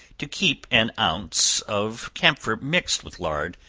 to keep an ounce of camphor mixed with lard,